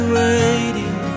waiting